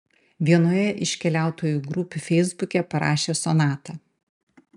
vienoje iš keliautojų grupių feisbuke parašė sonata